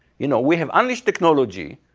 you know we have unleashed technology.